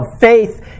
faith